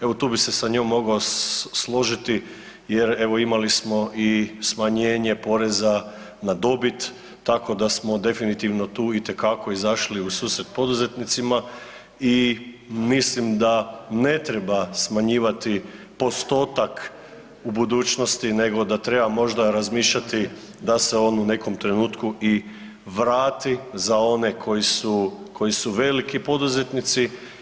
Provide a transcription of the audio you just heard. Evo tu bih se sa njom mogao složiti jer evo imali smo i smanjenje poreza na dobit tako da smo definitivno tu itekako izašli u susret poduzetnicima i mislim da ne treba smanjivati postotak u budućnosti, nego da treba možda razmišljati da se on u nekom trenutku i vrati za one koji su veliki poduzetnici.